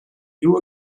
you